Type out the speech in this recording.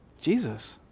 Jesus